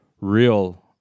real